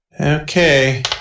Okay